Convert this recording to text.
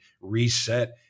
reset